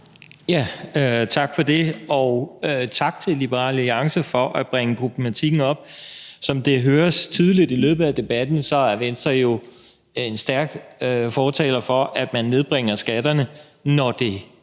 (V): Tak for det, og tak til Liberal Alliance for at bringe problematikken op. Som det høres tydeligt i løbet af debatten, er Venstre jo en stærk fortaler for, at man nedbringer skatterne, når det er